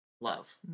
love